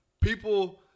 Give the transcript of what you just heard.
people